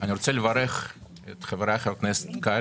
אני רוצה לברך את חבריי חברי הכנסת קרעי